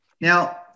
now